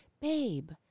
babe